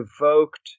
evoked